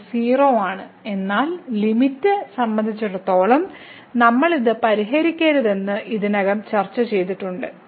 ഇത് 0 ആണ് എന്നാൽ ലിമിറ്റ് സംബന്ധിച്ചിടത്തോളം നമ്മൾ ഇത് പരിഹരിക്കരുതെന്ന് ഇതിനകം ചർച്ച ചെയ്തിട്ടുണ്ട്